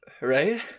Right